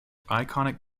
iconic